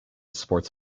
sports